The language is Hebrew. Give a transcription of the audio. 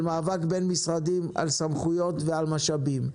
של מאבק בין משרדים על סמכויות ועל משאבים.